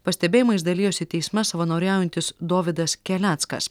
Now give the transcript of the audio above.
pastebėjimais dalijosi teisme savanoriaujantis dovydas keleckas